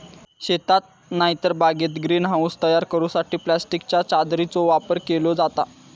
शेतात नायतर बागेत ग्रीन हाऊस तयार करूसाठी प्लास्टिकच्या चादरीचो वापर केलो जाता